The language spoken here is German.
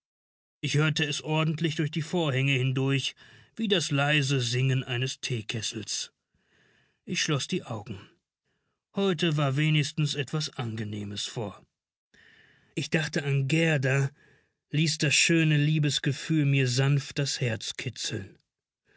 ich hörte es ordentlich durch die vorhänge hindurch wie das leise singen des teekessels ich schloß die augen heute war wenigstens etwas angenehmes vor ich dachte an gerda ließ das schöne liebesgefühl mir sanft das herz kitzeln